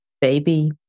baby